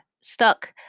stuck